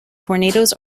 tornadoes